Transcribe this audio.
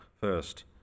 first